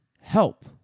Help